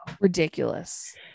Ridiculous